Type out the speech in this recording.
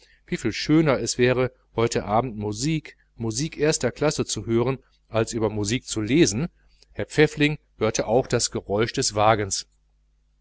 wie viel schöner es wäre heute abend musik musik erster klasse zu hören als über musik zu lesen herr pfäffling hörte auch das geräusch des wagens